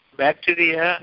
bacteria